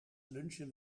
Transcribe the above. lunchen